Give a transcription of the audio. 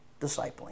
discipling